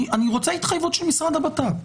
אני רוצה התחייבות של משרד הבט"פ.